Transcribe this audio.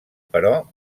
però